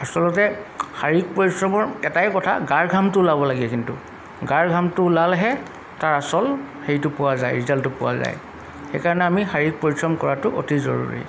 আচলতে শাৰীৰিক পৰিশ্ৰমৰ এটাই কথা গাৰ ঘামটো ওলাব লাগে কিন্তু গাৰ ঘামটো ওলালেহে তাৰ আচল হেৰিটো পোৱা যায় ৰিজাল্টটো পোৱা যায় সেইকাৰণে আমি শাৰীৰিক পৰিশ্ৰম কৰাটো অতি জৰুৰী